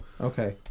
Okay